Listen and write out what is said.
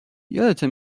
یادته